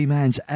Man's